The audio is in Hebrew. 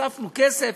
הוספנו כסף,